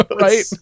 Right